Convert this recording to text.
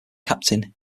captain